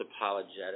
apologetic